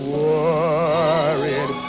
worried